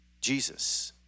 Jesus